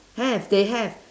have they have